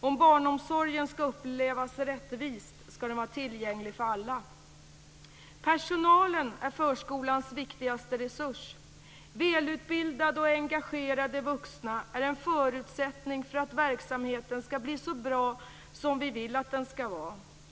Om barnomsorgen skall upplevas rättvis skall den vara tillgänglig för alla. Personalen är förskolans viktigaste resurs. Välutbildade och engagerade vuxna är en förutsättning för att verksamheten skall bli så bra som vi vill att den skall vara.